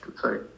sorry